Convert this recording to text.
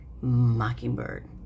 Mockingbird